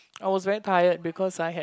I was very tired because I had